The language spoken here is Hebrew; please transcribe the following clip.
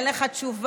אין לך תשובה.